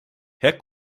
herr